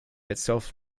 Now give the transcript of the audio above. itself